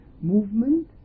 movement